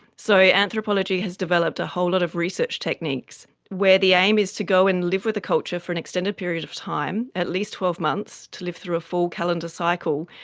so anthropology has developed a whole lot of research techniques where the aim is to go and live with the culture for an extended period of time, at least twelve months, to live through full calendar cycle,